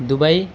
Dubai